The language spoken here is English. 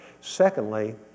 Secondly